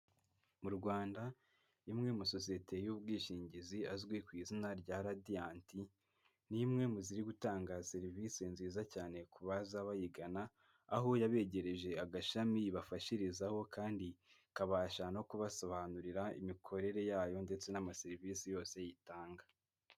Mu Rwanda imwe mu masosiyete y'ubwishingizi azwi ku izina rya Radiant, ni imwe mu ziri gutanga serivisi nziza cyane kubaza bayigana, aho yabegereje agashami ibafashirizaho kandi ikabasha no kubasobanurira imikorere yayo ndetse n'amaserivisi yose itanga.